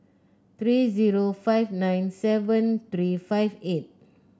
three zero five nine seven three five eight